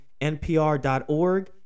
NPR.org